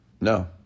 No